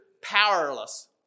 powerless